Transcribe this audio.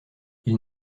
ils